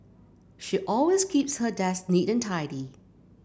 she always keeps her desk neat and tidy